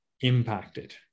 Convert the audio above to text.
impacted